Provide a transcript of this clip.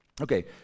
Okay